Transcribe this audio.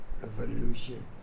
revolution